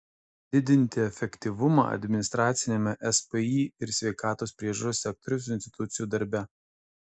didinti efektyvumą administraciniame spį ir sveikatos priežiūros sektoriaus institucijų darbe